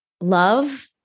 love